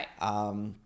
right